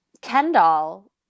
Kendall